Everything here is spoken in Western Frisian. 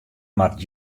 moat